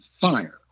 fire